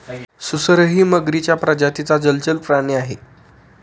सुसरही मगरीच्या प्रजातीचा जलचर प्राणी आहे